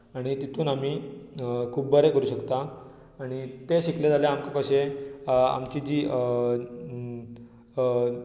आनी तितूंत आमी खूब बरें करूंक शकता आनी तें शिकलें जाल्यार आमकां कशें आमची जी